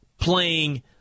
playing